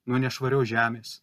nuo nešvarios žemės